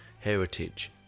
heritage